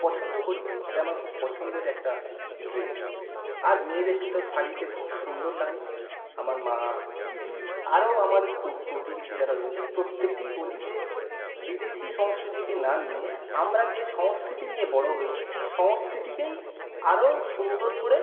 পছন্দ করি এটা আমার খুব পছন্দের একটা ড্রেস আর মেয়েদেরকে তো শাড়িতে খুব সুন্দর লাগে আমার মা দিদি আরও আমাদের প্রতিবেশি যারা রয়েছেন প্রত্যেককেই বলি যে বিদেশি সংস্কৃতিকে না নিয়ে আমরা যে সংস্কৃতি নিয়ে বড় হয়েছি সেই সংস্কৃতিকেই আরও সুন্দর করে